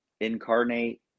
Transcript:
incarnate